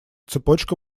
цепочка